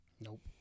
Nope